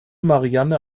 marianne